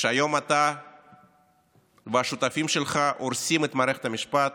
שהיום אתה והשותפים שלך הורסים את מערכת המשפט,